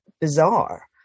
bizarre